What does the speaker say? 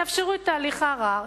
תאפשרו את תהליך הערר.